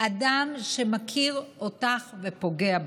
אדם שמכיר אותך ופוגע בך.